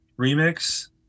remix